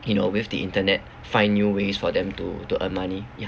you know with the internet find new ways for them to to earn money ya